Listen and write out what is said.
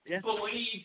believe